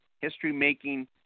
history-making